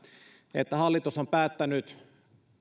että hallitus on päättänyt